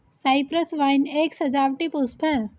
Cyprus vine एक सजावटी पुष्प है